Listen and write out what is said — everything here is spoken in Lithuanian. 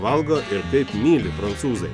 valgo ir kaip myli prancūzai